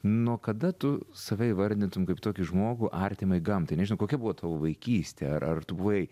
nuo kada tu save įvardytum kaip tokį žmogų artimai gamtai nežinau kokia buvo tavo vaikystė ar ar tu buvai